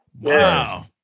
Wow